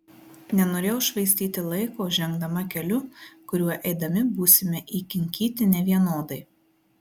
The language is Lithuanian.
nenorėjau švaistyti laiko žengdama keliu kuriuo eidami būsime įkinkyti nevienodai